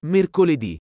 Mercoledì